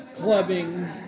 clubbing